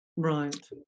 Right